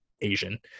asian